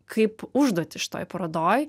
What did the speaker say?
kaip užduotį šitoj parodoj